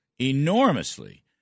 enormously